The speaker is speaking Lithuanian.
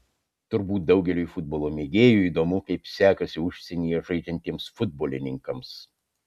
turbūt daugeliui futbolo mėgėjų įdomu kaip sekasi užsienyje žaidžiantiems futbolininkams